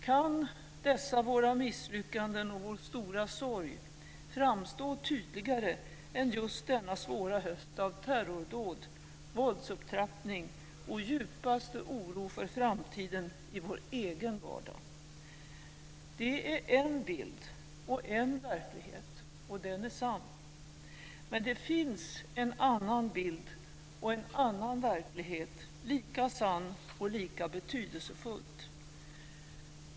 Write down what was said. Kan dessa våra misslyckanden och vår stora sorg framstå tydligare än just denna svåra höst av terrordåd, våldsupptrappning och djupaste oro för framtiden i vår egen vardag? Det är en bild och en verklighet, och den är sann. Men det finns en annan bild och en annan verklighet, lika sann och lika betydelsefull.